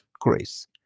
grace